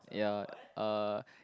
ya err